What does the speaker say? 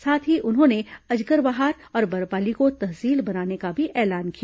साथ ही उन्होंने अजगरबहार और बरपाली को तहसील बनाने का भी ऐलान किया